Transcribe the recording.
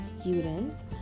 students